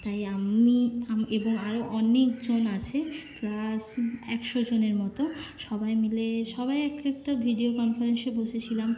তাই আমি আমি এবং আরও অনেক জন আছে প্লাস একশো জনের মতো সবাই মিলে সবাই এক একটা ভিডিও কনফারেন্সে বসেছিলাম